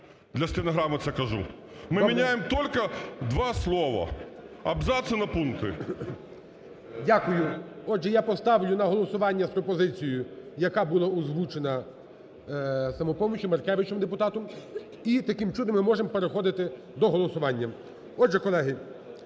для стенограми це кажу. Мы меняем только два слова: абзацы на пункты. ГОЛОВУЮЧИЙ. Дякую. Отже, я поставлю на голосування з пропозицією, яка була озвучена "Самопоміччю", Маркевичем депутатом. І таким чином ми можемо переходити до голосування. Отже, колеги,